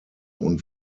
und